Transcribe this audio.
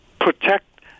protect